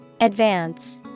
Advance